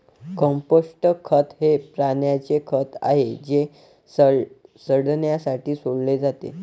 compost खत हे प्राण्यांचे खत आहे जे सडण्यासाठी सोडले जाते